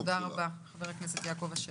תודה, חבר הכנסת אשר.